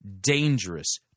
dangerous